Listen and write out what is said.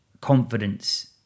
confidence